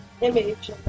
image